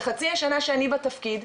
בחצי השנה שאני בתפקיד,